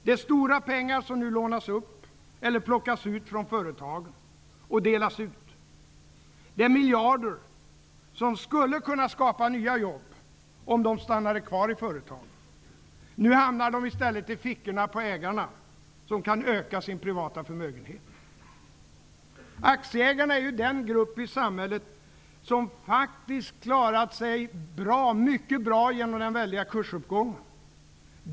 Det är stora pengar som nu lånas upp, eller plockas ut från företagen, och delas ut. Det är miljarder som skulle kunna skapa nya jobb, om de stannade kvar i företagen. Nu hamnar de i stället i fickorna på ägarna, som kan öka sin privata förmögenhet. Aktieägarna är ju den grupp i samhället som faktiskt klarat sig mycket bra genom den väldiga kursuppgången.